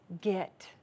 get